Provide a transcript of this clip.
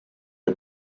are